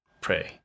pray